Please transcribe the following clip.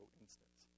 instance